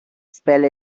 spell